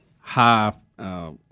high –